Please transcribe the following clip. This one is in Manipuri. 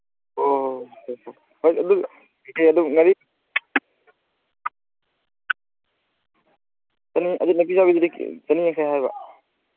ꯑꯣ ꯍꯣꯏ ꯑꯗꯨ ꯅꯥꯄꯤ ꯆꯥꯕꯤꯗꯨꯗꯤ ꯆꯅꯤ ꯌꯥꯡꯈꯩ ꯍꯥꯏꯕ